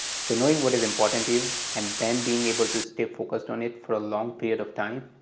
so knowing what is important to you and then being able to stay focused on it for a long period of time,